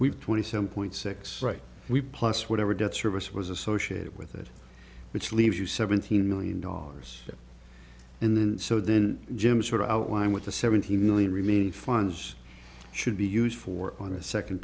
we've twenty seven point six right we plus whatever debt service was associated with it which leaves you seventeen million dollars and then so then jim sort of outlined what the seventy million remaining funds should be used for on the second